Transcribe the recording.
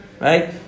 Right